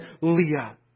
Leah